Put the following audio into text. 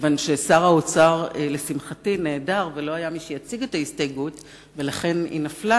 כיוון שהוא נעדר ולא היה מי שיציג את ההסתייגות ולכן היא נפלה.